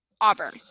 Auburn